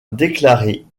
déclaré